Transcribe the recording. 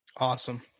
Awesome